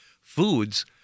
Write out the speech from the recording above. foods